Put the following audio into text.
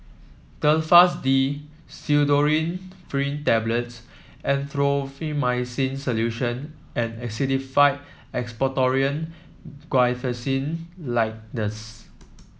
Telfast D Pseudoephrine Tablets Erythroymycin Solution and Actified Expectorant Guaiphenesin Linctus